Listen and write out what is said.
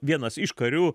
vienas iš karių